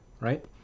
right